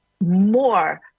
more